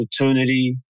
opportunity